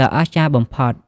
ដ៏អស្ចារ្យបំផុត។